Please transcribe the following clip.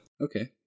okay